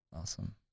Awesome